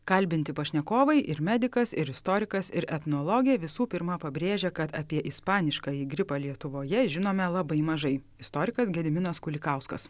kalbinti pašnekovai ir medikas ir istorikas ir etnologė visų pirma pabrėžia kad apie ispaniškąjį gripą lietuvoje žinome labai mažai istorikas gediminas kulikauskas